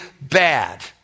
bad